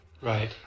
Right